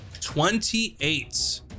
Twenty-eight